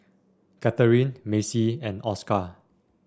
Katherine Macy and Oscar